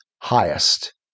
highest